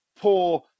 poor